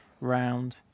round